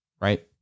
right